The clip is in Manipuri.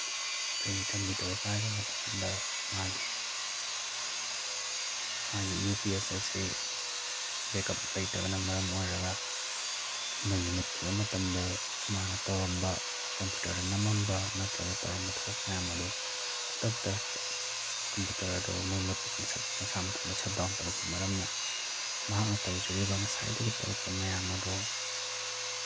ꯑꯩꯈꯣꯏꯒꯤ ꯀꯝꯄ꯭ꯌꯨꯇꯔ ꯄꯥꯏꯕ ꯃꯇꯝꯗ ꯃꯥꯒꯤ ꯃꯥꯒꯤ ꯌꯨ ꯄꯤ ꯑꯦꯁ ꯑꯁꯤ ꯕꯦꯛꯑꯞ ꯂꯩꯇꯕꯅ ꯃꯔꯝ ꯑꯣꯏꯔꯒ ꯃꯩ ꯃꯨꯠꯈꯤꯕ ꯃꯇꯝꯗ ꯃꯥꯅ ꯇꯧꯔꯝꯕ ꯀꯝꯄ꯭ꯌꯨꯇꯔꯗ ꯅꯝꯃꯝꯕ ꯅꯠꯇ꯭ꯔꯒ ꯇꯧꯔꯝꯕ ꯊꯕꯛ ꯃꯌꯥꯝ ꯑꯗꯣ ꯈꯨꯗꯛꯇ ꯀꯝꯄ꯭ꯌꯨꯇꯔ ꯑꯗꯨ ꯃꯩ ꯃꯨꯠꯄ ꯀꯥꯟꯗ ꯁꯠ ꯃꯁꯥ ꯃꯊꯟꯇ ꯁꯠ ꯗꯥꯎꯟ ꯇꯧꯈꯤꯕ ꯃꯔꯝꯅ ꯃꯍꯥꯛꯅ ꯇꯧꯖꯔꯤꯕ ꯉꯁꯥꯏꯗꯒꯤ ꯇꯧꯔꯛꯄ ꯃꯌꯥꯝ ꯑꯗꯣ